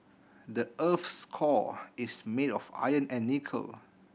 the earth's core is made of iron and nickel